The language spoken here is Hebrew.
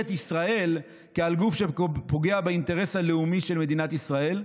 ישראל כעל גוף שפוגע באינטרס הלאומי של מדינת ישראל,